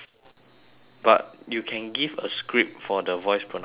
but you can give a script for the voice pronunciation